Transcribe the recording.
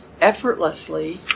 effortlessly